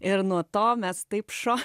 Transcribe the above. ir nuo to mes taip šovėm